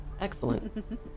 Excellent